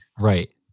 right